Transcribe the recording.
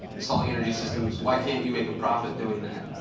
installing energy systems, why can't you make a profit doing that?